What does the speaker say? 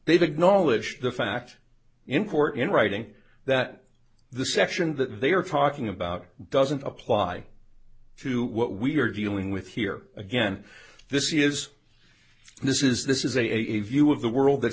they've acknowledged the fact in court in writing that the section that they are talking about doesn't apply to what we're dealing with here again this is this is this is a a view of the world that